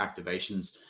activations